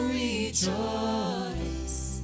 rejoice